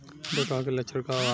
डकहा के लक्षण का वा?